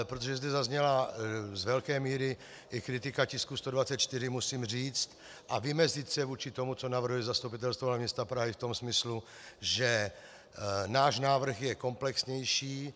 Protože zde zazněla z velké míry i kritika tisku 124, musím říct a vymezit se vůči tomu, co navrhuje Zastupitelstvo hlavního města Prahy v tom smyslu, že náš návrh je komplexnější.